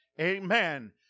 Amen